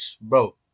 bro